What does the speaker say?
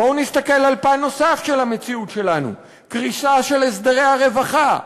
בואו נסתכל על פן נוסף של המציאות שלנו: קריסה של הסדרי הרווחה,